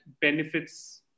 benefits